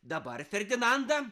dabar ferdinanda